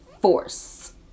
force